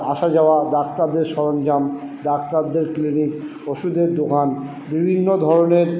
আসা যাওয়া ডাক্তারদের সরঞ্জাম ডাক্তারদের ক্লিনিক ওষুধের দোকান বিভিন্ন ধরণের